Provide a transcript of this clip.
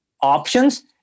options